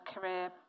career